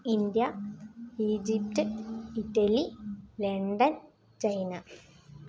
India Egypt Italy London China